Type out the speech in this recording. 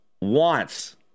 wants